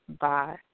Bye